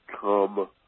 Come